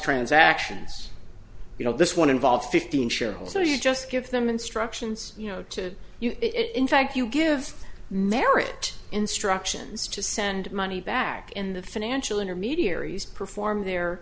transactions you know this one involved fifteen shareholder so you just give them instructions you know to you in fact you give merit instructions to send money back in the financial intermediaries perform their